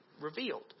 revealed